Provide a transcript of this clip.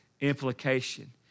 implication